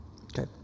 Okay